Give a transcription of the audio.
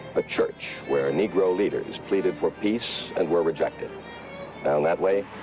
a church where negro leaders pleaded for peace and were rejected. down that way,